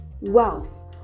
wealth